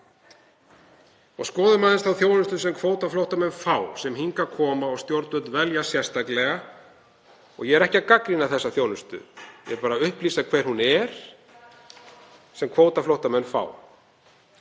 Skoðum aðeins þá þjónustu sem kvótaflóttamenn fá sem hingað koma og stjórnvöld velja sérstaklega. Ég er ekki að gagnrýna þessa þjónustu, bara að upplýsa hver hún er. Framfærsla er